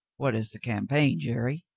what is the campaign, jerry?